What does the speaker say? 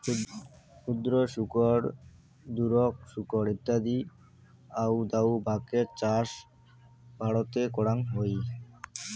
ক্ষুদ্র শুকর, দুরোক শুকর ইত্যাদি আউদাউ বাকের চাষ ভারতে করাং হই